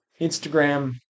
Instagram